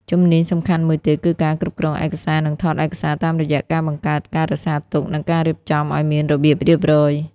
ជំនាញសំខាន់មួយទៀតគឺការគ្រប់គ្រងឯកសារនិងថតឯកសារតាមរយៈការបង្កើត ការរក្សាទុក និងការរៀបចំឱ្យមានរបៀបរៀបរយ។